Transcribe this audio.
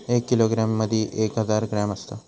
एक किलोग्रॅम मदि एक हजार ग्रॅम असात